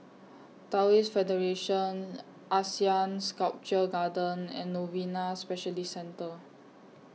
Taoist Federation Asean Sculpture Garden and Novena Specialist Centre